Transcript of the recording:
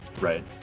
Right